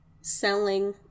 selling